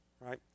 right